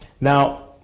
Now